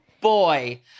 boy